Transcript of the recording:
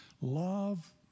love